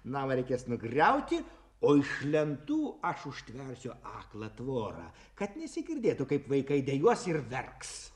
namą reikės nugriauti o iš lentų aš užtversiu aklą tvorą kad nesigirdėtų kaip vaikai dejuos ir verks